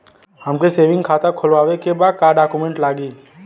हमके सेविंग खाता खोलवावे के बा का डॉक्यूमेंट लागी?